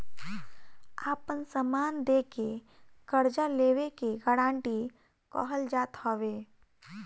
आपन समान दे के कर्जा लेवे के गारंटी कहल जात हवे